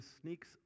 sneaks